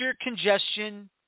congestion